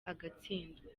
agatsindwa